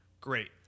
Great